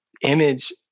image